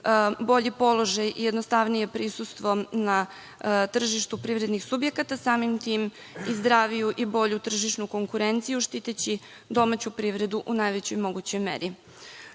bolji položaj i jednostavnije prisustvo na tržištu privrednih subjekata samim tim i zdraviju u bolju tržišnu konkurenciju štiteći domaću privredu u najvećoj mogućoj meri.